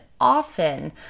often